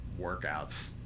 workouts